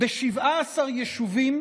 ב-17 יישובים